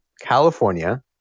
California